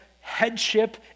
headship